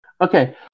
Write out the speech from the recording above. Okay